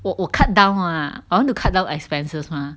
我我 cut down lah I want to cut down expenses mah